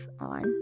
on